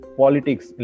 politics